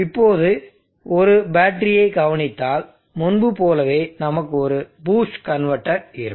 இப்போது ஒரு பேட்டரியைக் கவனித்தால் முன்பு போலவே நமக்கு ஒரு பூஸ்ட் கன்வெர்ட்டர் இருக்கும்